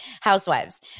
housewives